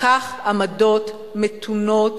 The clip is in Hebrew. לקח עמדות מתונות,